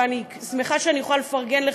ואני שמחה שאני יכולה לפרגן לך,